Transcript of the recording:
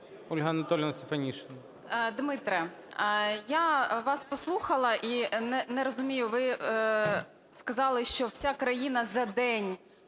Дмитре, я вас послухала і не розумію, ви сказали, що вся країна за день